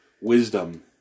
wisdom